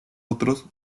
otros